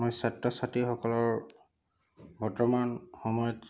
আমাৰ ছাত্ৰ ছাত্ৰীসকলৰ বৰ্তমান সময়ত